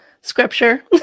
scripture